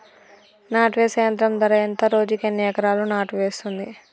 నాటు వేసే యంత్రం ధర ఎంత రోజుకి ఎన్ని ఎకరాలు నాటు వేస్తుంది?